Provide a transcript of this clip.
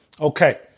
Okay